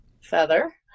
feather